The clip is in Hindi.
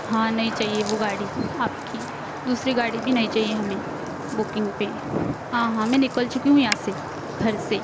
हाँ नहीं चाहिए वो गाड़ी आपकी दूसरी गाड़ी भी नहीं चाहिए हमें बुकिंग पर हाँ हाँ मैं निकल चुकी हूँ यहाँ से घर से